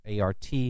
ART